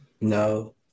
No